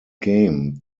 game